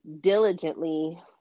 diligently